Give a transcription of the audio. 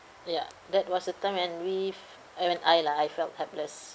ya that was the time when we I mean I ah I felt helpless